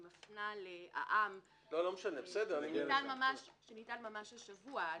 אני מפנה לעע"מ שניתן ממש השבוע.